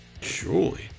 Surely